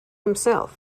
himself